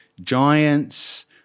giants